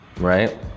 right